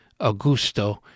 Augusto